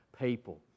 people